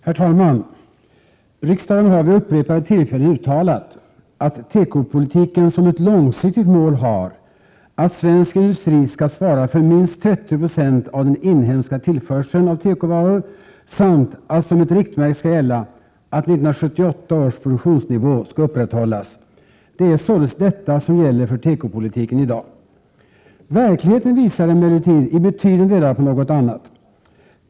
Herr talman! Riksdagen har vid upprepade tillfällen uttalat att tekopolitikens långsiktiga mål är att svensk industri skall svara för minst 30 96 av den inhemska tillförseln av tekovaror samt att det riktmärke som skall gälla är att 1978 års produktionsnivå skall upprätthållas. Det är således detta som gäller för tekopolitiken i dag. Verkligheten visar emellertid i betydande delar något annat.